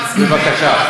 בבקשה.